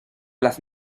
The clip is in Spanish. las